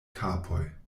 kapoj